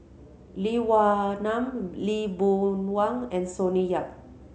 Lee Wa Nam Lee Boon Wang and Sonny Yap